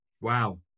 Wow